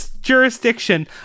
jurisdiction